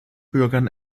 bürgern